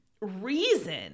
reason